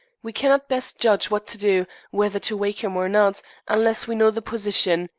we cannot best judge what to do whether to wake him or not unless we know the position,